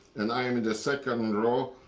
and i'm in the second row.